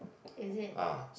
is it